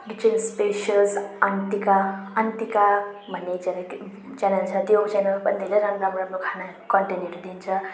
kitchen specials आन्टीका आन्टीका भन्ने च्यानेल च्यानेल छ त्यो च्यानेलमा पनि धेरै राम्रो राम्रो खानाहरू कन्टेन्टहरू दिन्छ